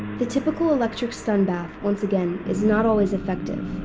the typical electric stun bath, once again, is not always effective,